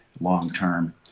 long-term